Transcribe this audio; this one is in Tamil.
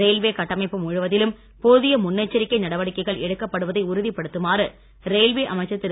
ரயில்வே கட்டமைப்பு முழுவதிலும் போதிய முன்னெச்சரிக்கை நடவடிக்கைகள் எடுக்கப்படுவதை உறுதிப்படுத்துமாறு ரயில்வே அமைச்சர் திரு